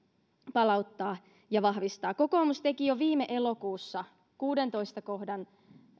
palauttaa ja vahvistaa kokoomus teki jo viime elokuussa kuudennentoista kohdan